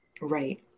Right